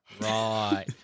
Right